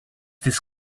this